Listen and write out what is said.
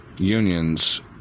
Unions